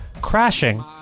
Crashing